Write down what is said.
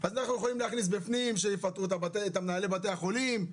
אז אנחנו יכולים להכניס בפנים שיפטרו את מנהלי בתי החולים,